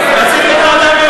וביטחון.